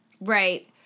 Right